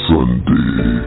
Sunday